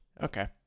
Okay